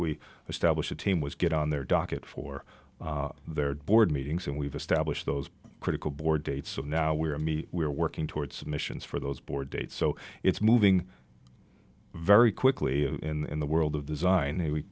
we established a team was get on their docket for their board meetings and we've established those critical board dates so now we're me we're working toward submissions for those board dates so it's moving very quickly in the world of design